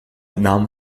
nahm